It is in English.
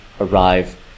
arrive